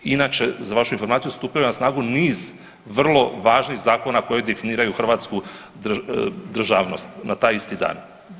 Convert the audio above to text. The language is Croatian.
Inače za vašu informaciju stupio je snagu niz vrlo važnih zakona koji definiraju hrvatsku državnost na taj isti dan.